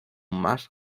más